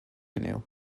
canoe